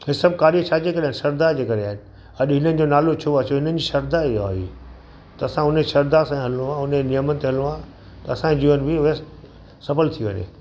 ही सभु कार्य छा जे करे आहिनि श्रधा जे करे आहिनि अॼु इन्हनि जो नालो छो आहे छो जो हुननि जी श्रधा आहे वारी त असां हुन श्रधा सां हलिणो आहे हुन नियम ते हलिणो आहे असांजो जीवन बि सफ़ल थी वञे